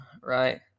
right